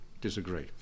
disagree